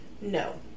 No